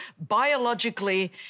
biologically